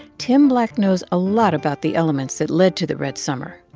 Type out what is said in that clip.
tim black knows a lot about the elements that led to the red summer.